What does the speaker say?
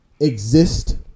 exist